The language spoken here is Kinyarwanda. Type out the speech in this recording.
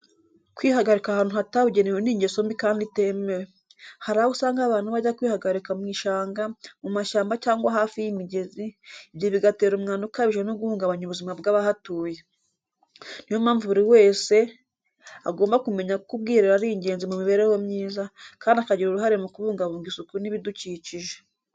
Kwihagarika ahantu hatabugenewe ni ingeso mbi kandi itemewe. Hari aho usanga abantu bajya kwihagarika mu bishanga, mu mashyamba cyangwa hafi y’imigezi, ibyo bigatera umwanda ukabije no guhungabanya ubuzima bw’abahatuye. Ni yo mpamvu buri wese agomba kumenya ko ubwiherero ari ingenzi mu mibereho myiza, kandi akagira uruhare mu kubungabunga isuku n’ibidukikije.